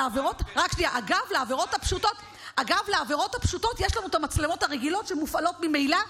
לעבירות הפשוטות יש לנו את המצלמות הרגילות שמופעלות ממילא,